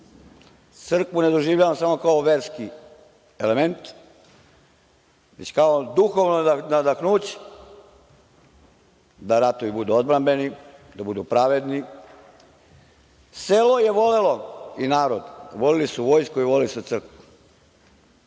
Crkvu ne doživljavam samo kao verski element, već kao duhovno nadahnuće da ratovi budu odbrambeni, da budu pravedni. Selo i narod su voleli vojsku i voleli su crkvu.